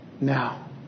now